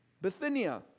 Bithynia